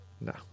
no